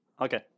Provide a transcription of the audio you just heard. Okay